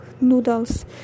noodles